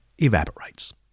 evaporates